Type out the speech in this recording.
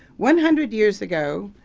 one hundred years ago,